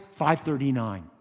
539